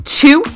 two